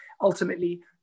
ultimately